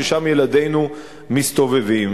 ששם ילדינו מסתובבים.